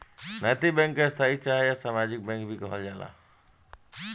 नैतिक बैंक के स्थायी बैंक चाहे सामाजिक बैंक भी कहल जाला